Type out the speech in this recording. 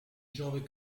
giove